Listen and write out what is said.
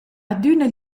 adüna